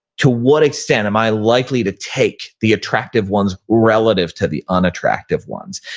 to what extent am i likely to take the attractive ones relative to the unattractive ones?